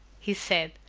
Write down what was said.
he said,